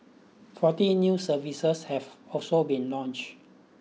forty new services have also been launched